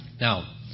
Now